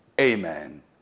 Amen